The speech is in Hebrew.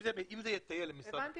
לא נשנה